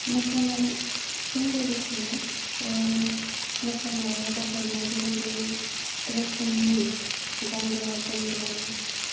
मोसानायजों लोगोसे मोसानायाव बाहायनाय गुबुन गुबुन रोखोमनि गानग्रा जोमग्रा